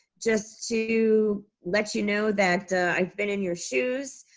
just to let you know that i've been in your shoes.